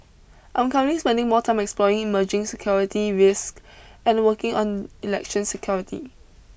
I'm currently spending more time exploring emerging security risks and working on election security